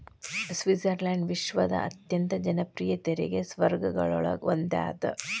Switzerland ವಿಶ್ವದ ಅತ್ಯಂತ ಜನಪ್ರಿಯ ತೆರಿಗೆ ಸ್ವರ್ಗಗಳೊಳಗ ಒಂದಾಗ್ಯದ